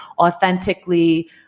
authentically